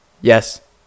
Yes